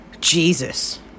jesus